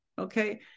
Okay